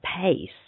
pace